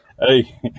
Hey